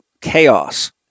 chaos